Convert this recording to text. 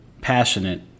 passionate